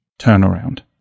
turnaround